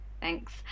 thanks